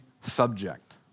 subject